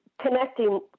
Connecting